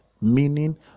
Meaning